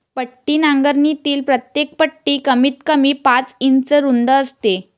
पट्टी नांगरणीतील प्रत्येक पट्टी कमीतकमी पाच इंच रुंद असते